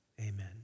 amen